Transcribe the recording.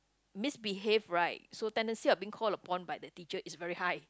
misbehave right so tendency being called upon by the teacher is very high